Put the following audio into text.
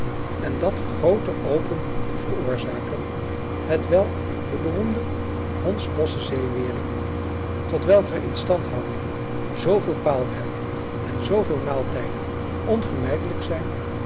en dat groote open te veroorzaken hetwelk de beroemde hondsbossche zeewering tot welker instandhouding zooveel paalwerk en zooveel maaltijden onvermijdelijk zijn